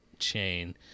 chain